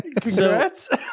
Congrats